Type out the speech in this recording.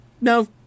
No